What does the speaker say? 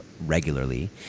regularly